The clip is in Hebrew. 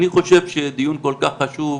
אני חושב שדיון כל כך חשוב,